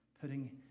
putting